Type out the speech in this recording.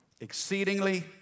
exceedingly